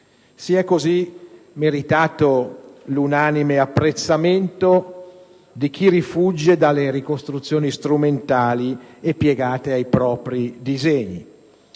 Si è così meritato l'unanime apprezzamento di chi rifugge dalle ricostruzioni strumentali e piegate ai propri disegni.